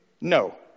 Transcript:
no